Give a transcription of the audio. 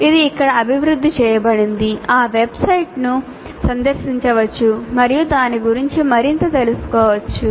ఇది అక్కడ అభివృద్ధి చేయబడింది ఆ వెబ్సైట్ను సందర్శించవచ్చు మరియు దాని గురించి మరింత తెలుసుకోవచ్చు